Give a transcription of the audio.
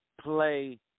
play